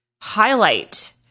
highlight